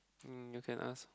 um you can ask